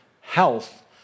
health